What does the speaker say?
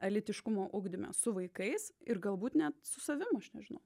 lytiškumo ugdyme su vaikais ir galbūt net su savimi aš nežinau